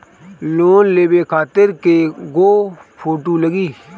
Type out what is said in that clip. Loan लेवे खातिर कै गो फोटो लागी?